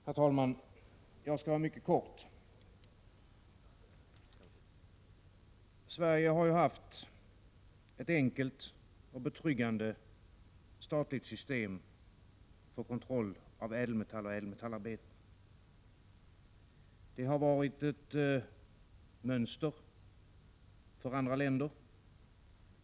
Herr talman! Jag skall fatta mig mycket kort. Sverige har haft ett enkelt och betryggande statligt system för kontroll av ädelmetall och ädelmetallarbeten. Det har varit ett mönster för andra länder.